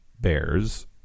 bears